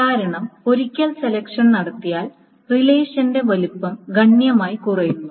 കാരണം ഒരിക്കൽ സെലക്ഷൻ നടത്തിയാൽ റിലേഷന്റെ വലുപ്പം ഗണ്യമായി കുറയുന്നു